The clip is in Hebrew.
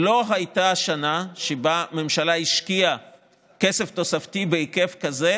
לא הייתה שנה שבה הממשלה השקיעה כסף תוספתי בהיקף כזה